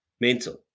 mental